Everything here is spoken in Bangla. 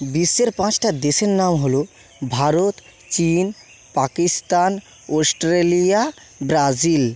বিশ্বের পাঁচটা দেশের নাম হল ভারত চিন পাকিস্তান অস্ট্রেলিয়া ব্রাজিল